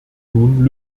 nun